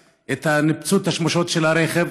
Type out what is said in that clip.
ניפצו את השמשות של הרכב.